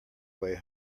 way